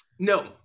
No